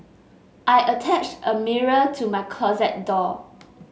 I attached a mirror to my closet door